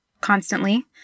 constantly